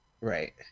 Right